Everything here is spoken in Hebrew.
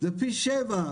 זה פי שבע,